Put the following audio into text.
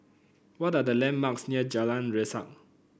what are the landmarks near Jalan Resak